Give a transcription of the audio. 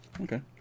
okay